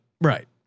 Right